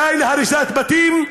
די להריסת בתים,